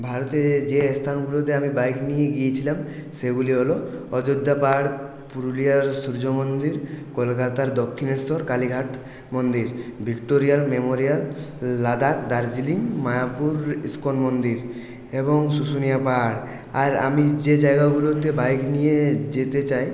ভারতে যে এস্থানগুলোতে আমি বাইক নিয়ে গিয়েছিলাম সেগুলি হল অযোধ্যা পাহাড় পুরুলিয়ার সূর্যমন্দির কোলকাতার দক্ষিণেশ্বর কালীঘাট মন্দির Victoria Memorial Ladakh Darjeeling Mayapur ISKCON মন্দির এবং শুশুনিয়া পাহাড় আর আমি যে জায়গাগুলোতে বাইক নিয়ে যেতে চাই